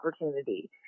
opportunity